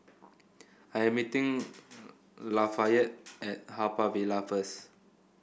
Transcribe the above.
I am meeting Lafayette at Haw Par Villa first